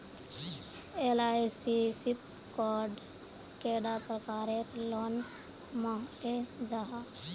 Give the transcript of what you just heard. LIC शित कैडा प्रकारेर लोन मिलोहो जाहा?